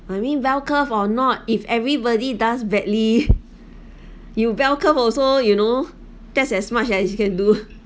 I mean bell curve or not if everybody does badly you bell curve also you know that's as much as you can do